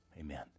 Amen